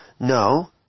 No